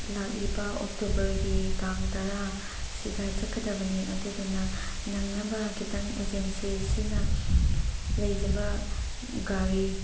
ꯂꯥꯛꯂꯤꯕ ꯑꯣꯛꯇꯣꯕꯔꯒꯤ ꯇꯥꯡ ꯇꯔꯥ ꯁꯤꯗ ꯆꯠꯀꯗꯕꯅꯦ ꯑꯗꯨꯗꯨꯅ ꯅꯪꯅꯕ ꯈꯤꯇꯪ ꯑꯦꯖꯦꯟꯁꯤ ꯑꯁꯤꯅ ꯂꯩꯖꯕ ꯒꯥꯔꯤ